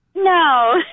No